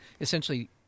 essentially